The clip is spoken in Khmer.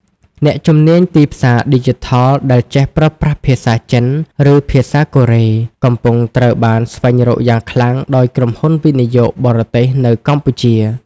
អ្នកជំនាញទីផ្សារឌីជីថលដែលចេះប្រើប្រាស់ភាសាចិន ឬភាសាកូរ៉េ កំពុងត្រូវបានស្វែងរកយ៉ាងខ្លាំងដោយក្រុមហ៊ុនវិនិយោគបរទេសនៅកម្ពុជា។